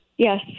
Yes